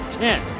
ten